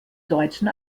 deutschen